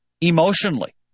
emotionally